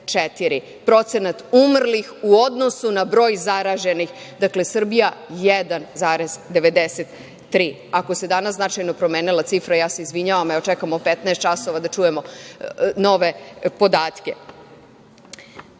procenat umrlih u odnosu na broj zaraženih. Dakle, Srbija 1,93%. Ako se danas značajno promenila cifra, ja se izvinjavam, evo, čekamo 15 časova da čujemo nove